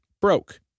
broke